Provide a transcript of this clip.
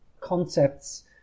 concepts